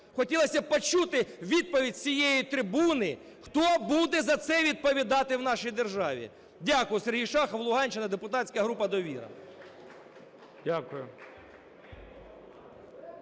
Хотілось би почути відповідь з цієї трибуни, хто буде відповідати за це в нашій державі. Дякую. Сергій Шахов, Луганщина, депутатська група "Довіра".